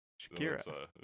Shakira